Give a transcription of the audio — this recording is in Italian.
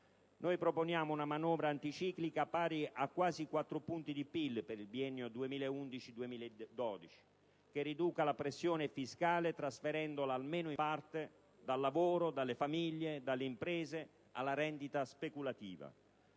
Noi proponiamo una manovra anticiclica, pari a quasi 4 punti di PIL per il biennio 2011-2012, che riduca la pressione fiscale, trasferendola almeno in parte dal lavoro, dalle famiglie, dalle imprese alla rendita speculativa.